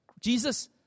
Jesus